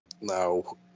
No